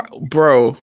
bro